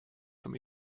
zum